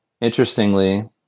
Interestingly